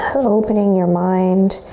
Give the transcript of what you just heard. opening your mind